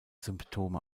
symptome